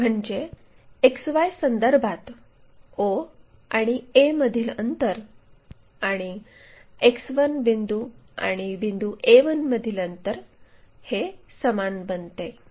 म्हणजे XY संदर्भात o आणि a मधील अंतर आणि X1 बिंदू आणि बिंदू a1 मधील अंतर समान बनते